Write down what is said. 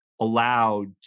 allowed